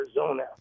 Arizona